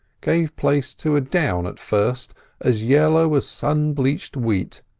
gave place to a down at first as yellow as sun-bleached wheat,